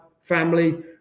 family